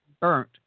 burnt